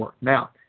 Now